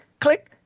click